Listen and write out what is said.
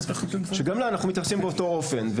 שגם לה אנחנו מתייחסים באותו אופן,